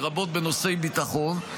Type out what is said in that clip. לרבות בנושאי ביטחון.